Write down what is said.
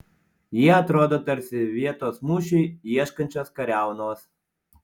jie atrodo tarsi vietos mūšiui ieškančios kariaunos